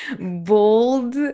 bold